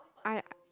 I